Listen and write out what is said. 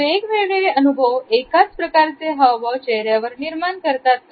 वेगवेगळे अनुभव एकाच प्रकारचे हावभाव चेहऱ्यावर निर्माण करतात का